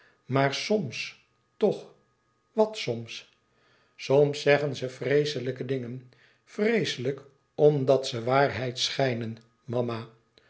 maar soms toch wat soms soms zeggen ze vreeslijke dingen vreeslijk omdat ze wàarheid schijnen mama